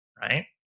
right